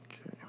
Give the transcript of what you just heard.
Okay